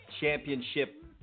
championship